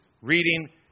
reading